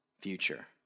future